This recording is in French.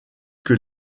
que